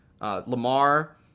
Lamar